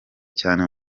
cyane